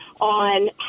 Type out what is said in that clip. on